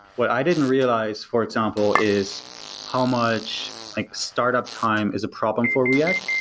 what i didn't realize, for example, is how much startup time is a problem for react,